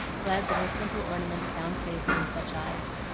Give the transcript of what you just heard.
glad that her simple ornament found favor in such eyes.